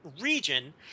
region